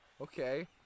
Okay